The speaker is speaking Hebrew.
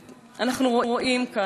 אבל זאת אפליה בחקיקה ראשית.